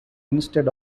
instead